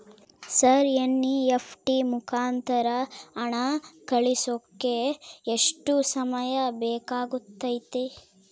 Sir NEFT ಮುಖಾಂತರ ಹಣ ಕಳಿಸೋಕೆ ಎಷ್ಟು ಸಮಯ ಬೇಕಾಗುತೈತಿ?